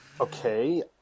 Okay